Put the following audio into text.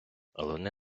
головне